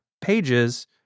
pages